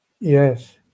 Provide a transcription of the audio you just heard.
Yes